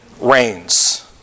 reigns